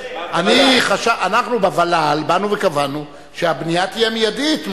אנחנו בוול"ל באנו וקבענו שהבנייה תהיה מיידית.